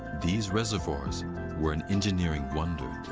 these reservoirs were an engineering wonder.